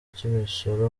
cy’imisoro